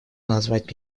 назвать